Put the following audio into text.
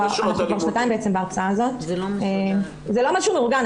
זה לא משהו מאורגן.